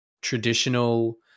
traditional